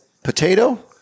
Potato